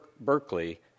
Berkeley